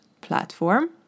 platform